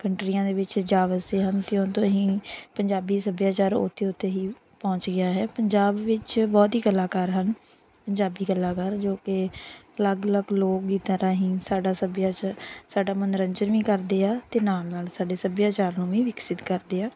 ਕੰਟਰੀਆਂ ਦੇ ਵਿੱਚ ਜਾ ਵੱਸੇ ਹਨ ਅਤੇ ਉੱਥੋਂ ਹੀ ਪੰਜਾਬੀ ਸੱਭਿਆਚਾਰ ਉੱਥੇ ਉੱਥੇ ਹੀ ਪਹੁੰਚ ਗਿਆ ਹੈ ਪੰਜਾਬ ਵਿੱਚ ਬਹੁਤ ਹੀ ਕਲਾਕਾਰ ਹਨ ਪੰਜਾਬੀ ਕਲਾਕਾਰ ਜੋ ਕਿ ਅਲੱਗ ਅਲੱਗ ਲੋਕ ਗੀਤਾਂ ਰਾਹੀਂ ਸਾਡਾ ਸੱਭਿਆਚਾਰ ਸਾਡਾ ਮਨੋਰੰਜਨ ਵੀ ਕਰਦੇ ਆ ਅਤੇ ਨਾਲ ਨਾਲ ਸਾਡੇ ਸੱਭਿਆਚਾਰ ਨੂੰ ਵੀ ਵਿਕਸਿਤ ਕਰਦੇ ਆ